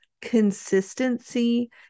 consistency